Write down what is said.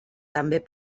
també